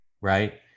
Right